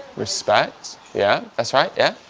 respect yeah, that's right. yeah